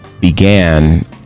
began